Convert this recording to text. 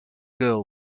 girl